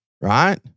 right